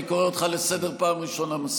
אני קורא אותך לסדר בפעם הראשונה.